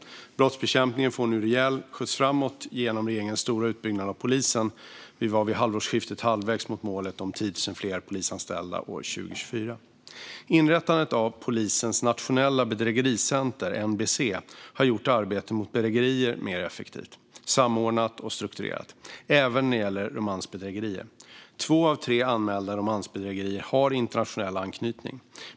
Brottsbekämpningen får nu en rejäl skjuts framåt genom regeringens stora utbyggnad av polisen. Vi var vid halvårsskiftet halvvägs mot målet om 10 000 fler polisanställda år 2024. Inrättandet av polisens nationella bedrägericenter, NBC, har gjort arbetet mot bedrägerier mer effektivt, samordnat och strukturerat, även när det gäller romansbedrägerier. Två av tre anmälda romansbedrägerier har internationell anknytning.